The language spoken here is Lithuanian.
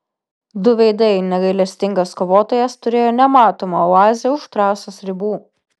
du veidai negailestingas kovotojas turėjo nematomą oazę už trasos ribų